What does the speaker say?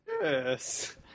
Yes